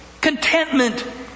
Contentment